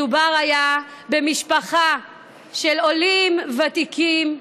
מדובר היה במשפחה של עולים ותיקים,